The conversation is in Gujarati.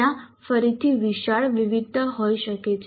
ત્યાં ફરીથી વિશાળ વિવિધતા હોઈ શકે છે